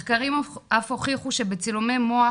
מחקרים אף הוכיחו שבצילומי מוח,